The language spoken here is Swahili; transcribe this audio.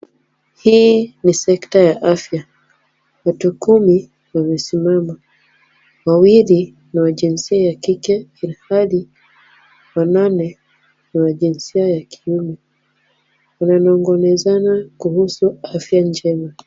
Hii ni sekta ya afya. Watu kumi wamesimama. Mawili ni wa jinsia ya kike. Ilhali wanane ni wa jinsia ya kiume. Wananong'onezana kuhusu afya njema.